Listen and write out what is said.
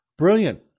Brilliant